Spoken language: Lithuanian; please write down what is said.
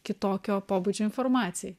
kitokio pobūdžio informacijai